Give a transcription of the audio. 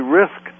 risk